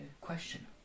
question